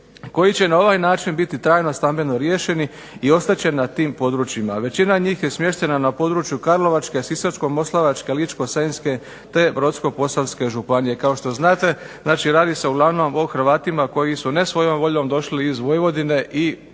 koji će na ovaj način biti trajno stambeno riješeni, i ostat će na tim područjima. Većina njih je smještena na području Karlovačke, Sisačko-moslavačke, Ličko-senjske te Brodsko-posavske županije, kao što znate, znači radi se uglavnom o Hrvatima koji su ne svojom voljom došli iz Vojvodine i prvenstveno